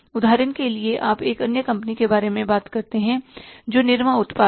उदाहरण के लिए आप एक अन्य कंपनी के बारे में बात करते हैं जो निरमा उत्पाद है